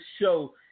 show